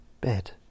bed